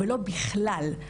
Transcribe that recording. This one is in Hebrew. ולא בכלל.